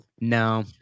No